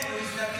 לא, הוא הזדקן.